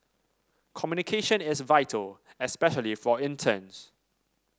communication is vital especially for interns